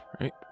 Right